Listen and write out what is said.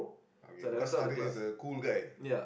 okay because Haris is a cool guy